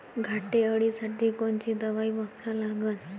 घाटे अळी साठी कोनची दवाई वापरा लागन?